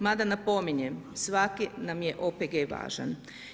Mada napominjem, svaki nam je OPG važan.